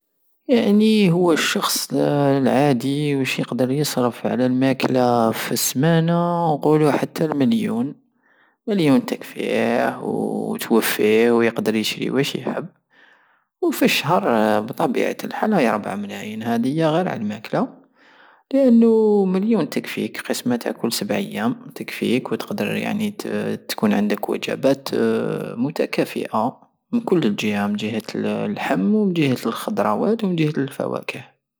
يعني هو الشخص العادي وش يقدر يصرف فالماكلة في السمانة نقولو حتى لمليون مليون تكفيه وتوفيه ويقدر يشري وش يحب وفالشهر بطبيعة الحال راهي ربع ملاين هدية غير علا الماكلة لانو مليون تكفيك قيس ما تاكل سبعة ايام تكفيك وتقدر يعني ت- تكون عندك الوجبات متكافئة من كل جهة من جهة اللحم من جهة الخضروات ومن جهة الفواكه